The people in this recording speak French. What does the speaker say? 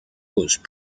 causent